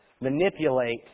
Manipulate